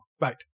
Right